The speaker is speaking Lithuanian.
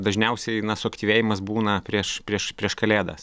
dažniausiai suaktyvėjimas būna prieš prieš prieš kalėdas